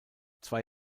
zwei